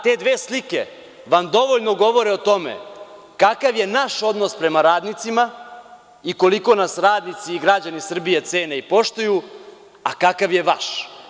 Te dve slike vam dovoljno govore o tome kakav je naš odnos prema radnicima i koliko nas radnici i građani Srbije cene i poštuju, a kakav je vaš.